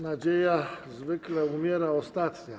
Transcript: Nadzieja zwykle umiera ostatnia.